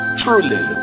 truly